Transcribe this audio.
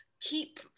keep